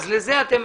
לה לא נותנים.